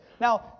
Now